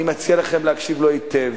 אני מציע לכם להקשיב לו היטב,